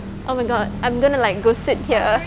oh my god I'm going to like go sit here